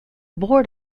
board